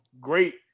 great